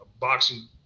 boxing